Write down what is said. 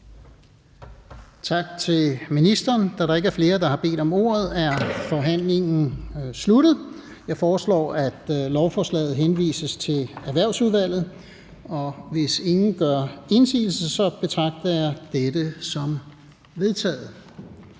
Tak til ministeren. Da der ikke er flere, der har bedt om ordet, er forhandlingen sluttet. Jeg foreslår, at lovforslaget henvises til Erhvervsudvalget. Hvis ingen gør indsigelse, betragter jeg dette som vedtaget.